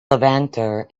levanter